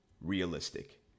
realistic